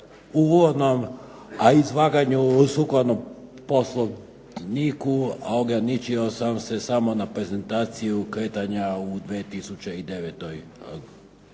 uvodnom izlaganju sukladno Poslovniku ograničio sam se samo na prezentaciju kretanja u 2009. godini,